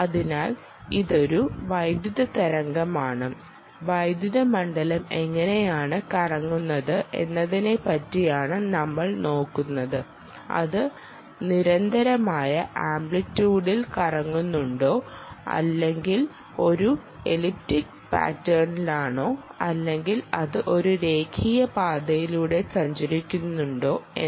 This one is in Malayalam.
അതിനാൽ ഇതൊരു വൈദ്യുത തരംഗമാണ് വൈദ്യുത മണ്ഡലം എങ്ങനെയാണ് കറങ്ങുന്നത് എന്നതിനെപ്പറ്റി യാണ് നമ്മൾ നോക്കുന്നത് അത് നിരന്തരമായ ആംപ്ലിറ്റ്യൂഡിൽ കറങ്ങുന്നുണ്ടോ അല്ലെങ്കിൽ ഒരു എലിപ്റ്റിക് പാറ്റേണിലാണോ അല്ലെങ്കിൽ അത് ഒരു രേഖീയ പാതയിലൂടെ സഞ്ചരിക്കുന്നുണ്ടോ എന്ന്